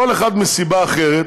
כל אחת מסיבה אחרת,